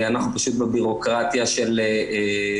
אנחנו פשוט בביורוקרטיה של ועדות